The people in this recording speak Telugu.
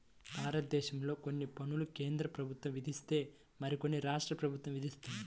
భారతదేశంలో కొన్ని పన్నులు కేంద్ర ప్రభుత్వం విధిస్తే మరికొన్ని రాష్ట్ర ప్రభుత్వం విధిస్తుంది